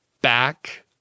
back